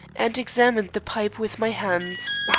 and examined the pipe with my hands.